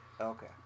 Okay